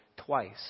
twice